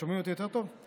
שומעים אותי יותר טוב?